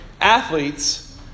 Athletes